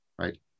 right